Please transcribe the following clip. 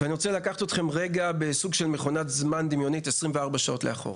אני רוצה לקחת אתכם רגע במכונת זמן דמיונית 24 שעות לאחור,